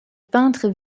peintre